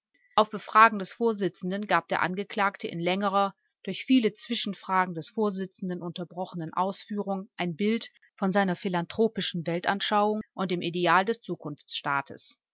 auf befragen des vorsitzenden gab der angeklagte in längerer durch viele zwischenfragen des vorsitzenden unterbrochenen ausführung ein bild von seiner philanthropischen weltanschauung und dem ideal des